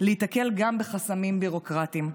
להיתקל גם בחסמים ביורוקרטיים.